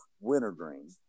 Wintergreen